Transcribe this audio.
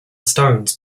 stones